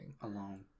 alone